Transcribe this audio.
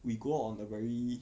we go out on a very